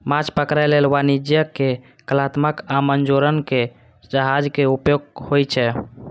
माछ पकड़ै लेल वाणिज्यिक, कलात्मक आ मनोरंजक जहाज के उपयोग होइ छै